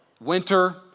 Winter